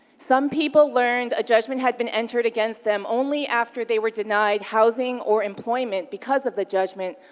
some people learned a judgment had been entered against them only after they were denied housing or employment because of the judgment,